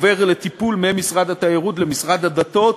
עובר ממשרד התיירות לטיפול המשרד לשירותי דת,